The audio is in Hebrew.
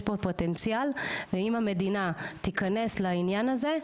פה פוטנציאל ואם המדינה תיכנס לעניין הזה,